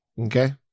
Okay